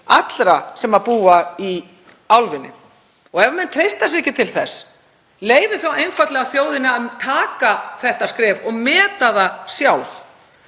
allra sem búa í álfunni. Ef menn treysta sér ekki til þess leyfið þá einfaldlega þjóðinni að taka þetta skref og meta það sjálf.